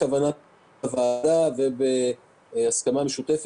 לכוונת הוועדה ובהסכמה משותפת,